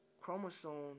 chromosome